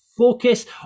focus